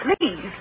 Please